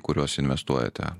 kuriuos investuojate